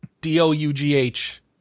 D-O-U-G-H